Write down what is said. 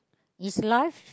is life